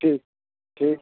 ठीक ठीक